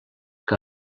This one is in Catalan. que